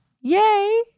Yay